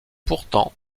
pourtant